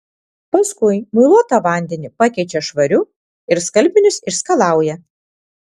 paskui muiluotą vandenį pakeičia švariu ir skalbinius išskalauja